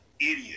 idiot